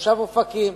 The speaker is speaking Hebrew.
תושב אופקים.